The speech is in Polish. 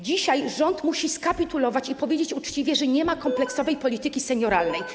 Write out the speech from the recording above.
Dzisiaj rząd musi skapitulować i powiedzieć uczciwie, że nie ma kompleksowej polityki senioralnej.